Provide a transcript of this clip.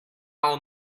all